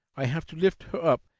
i have to lift her up,